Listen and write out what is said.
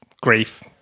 grief